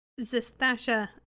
Zestasha